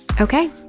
Okay